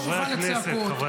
שאף אחד לא יוותר על דעתו.